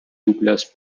douglas